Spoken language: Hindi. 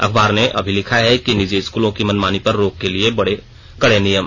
अखबार ने अभी लिखा है कि निजी स्कूलों की मनमानी पर रोक के लिए कड़े नियम